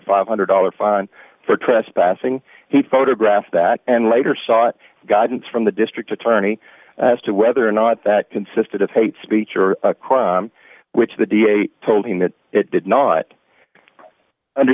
five hundred dollars fine for trespassing he photographed that and later sought guidance from the district attorney to whether or not that consisted of hate speech or a crime which the da told him that it did not under